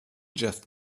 just